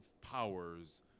powers